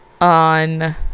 on